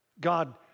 God